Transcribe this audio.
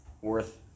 worth